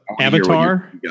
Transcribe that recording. Avatar